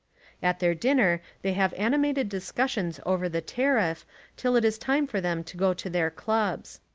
at their dinner they have animated discussions over the tariff till it is time for them to go to their clubs.